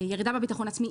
ירידה בביטחון העצמי,